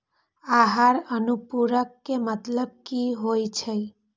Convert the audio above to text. आहार अनुपूरक के मतलब की होइ छई?